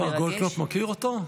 השר גולדקנופ מכיר אותו?